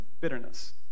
bitterness